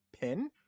pin